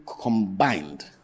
combined